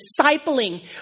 discipling